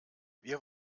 wir